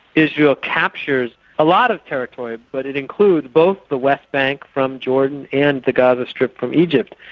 israel captures a lot of territory, but it includes both the west bank from jordan and the gaza strip from egypt,